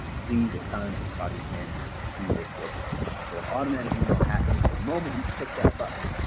please assign a project manager to this work request. so an automatic email happens the moment you click that button,